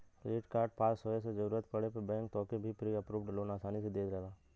credit card पास होये से जरूरत पड़े पे बैंक तोहके प्री अप्रूव्ड लोन आसानी से दे देला